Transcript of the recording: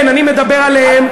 כן, אני מדבר עליהם.